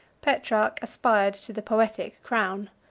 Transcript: petrarch aspired to the poetic crown.